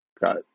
Got